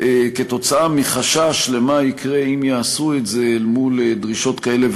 כתוצאה מחשש מה יקרה אם יעשו את זה אל מול דרישות כאלה